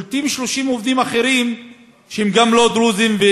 קולטים 30 עובדים אחרים שהם לא דרוזים,